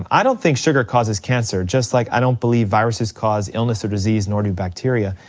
um i don't think sugar causes cancer, just like i don't believe viruses cause illness or disease, nor do bacteria.